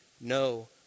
no